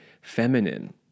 feminine